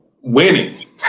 winning